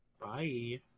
Bye